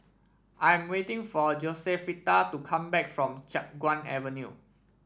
I'm waiting for Josefita to come back from Chiap Guan Avenue